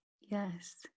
Yes